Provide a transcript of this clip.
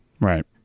Right